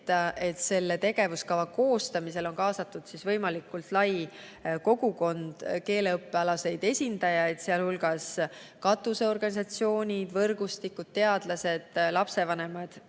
et selle tegevuskava koostamisele on kaasatud võimalikult lai kogukond keeleõppe esindajaid, sh katusorganisatsioonid, võrgustikud, teadlased, lapsevanemad